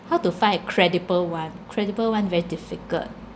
how to find a credible one credible one very difficult